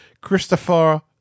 Christopher